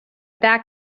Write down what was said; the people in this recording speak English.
that